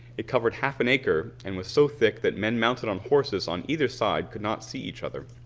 it covered half an acre and was so thick that men mounted on horses on either side could not see each other.